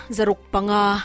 Zarukpanga